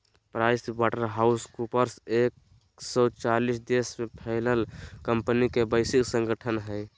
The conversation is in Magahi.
प्राइस वाटर हाउस कूपर्स एक सो चालीस देश में फैलल कंपनि के वैश्विक संगठन हइ